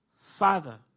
Father